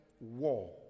war